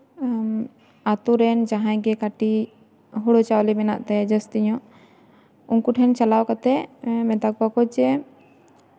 ᱟᱹᱛᱩ ᱨᱮᱱ ᱡᱟᱦᱟᱸᱭ ᱜᱮ ᱠᱟᱹᱴᱤᱡ ᱦᱩᱲᱩ ᱪᱟᱣᱞᱮ ᱢᱮᱱᱟᱜ ᱛᱟᱭᱟ ᱡᱟᱹᱥᱛᱤ ᱧᱚᱜ ᱩᱱᱠᱩ ᱴᱷᱮᱱ ᱪᱟᱞᱟᱣ ᱠᱟᱛᱮᱫ ᱢᱮᱛᱟ ᱠᱚᱣᱟ ᱠᱚ ᱡᱮ